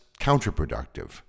counterproductive